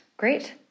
Great